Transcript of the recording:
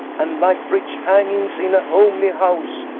and like rich hangings in a homely house,